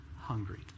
hungry